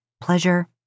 pleasure